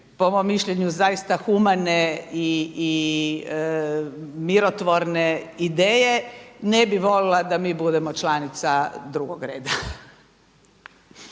po mom mišljenju zaista humane i mirotvorne ideje. Ne bih voljela da mi budemo članica drugog reda.